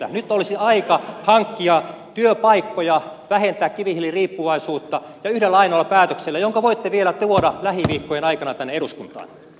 nyt olisi aika hankkia työpaikkoja ja vähentää kivihiiliriippuvaisuutta yhdellä ainoalla päätöksellä jonka voitte vielä tuoda lähiviikkojen aikana tänne eduskuntaan